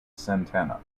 santana